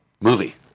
movie